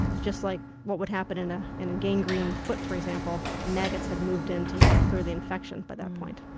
just like what would happen in ah in a gangrene foot for example, maggots had moved in to help clear the infection by that point.